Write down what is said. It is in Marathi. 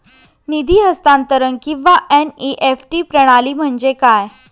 निधी हस्तांतरण किंवा एन.ई.एफ.टी प्रणाली म्हणजे काय?